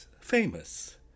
famous